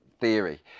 theory